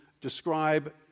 describe